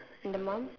and the mum